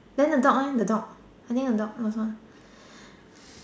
then the dog eh the dog I think the dog also